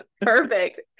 Perfect